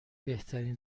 بهترین